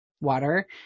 water